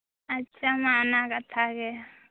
ᱟᱪᱪᱷᱟ ᱢᱟ ᱚᱱᱟ ᱠᱟᱛᱷᱟ ᱜᱮ